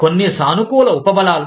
కొన్ని సానుకూల ఉపబలాలు